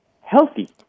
healthy